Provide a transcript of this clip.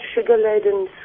sugar-laden